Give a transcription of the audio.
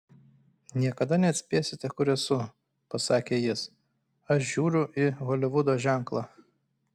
niekada neatspėsite kur esu pasakė jis aš žiūriu į holivudo ženklą